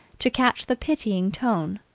to catch the pitying tone,